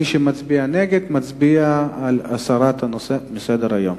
מי שמצביע נגד, מצביע על הסרת הנושא מסדר-היום.